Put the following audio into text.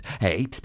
Hey